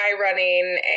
running